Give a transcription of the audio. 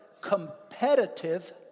competitive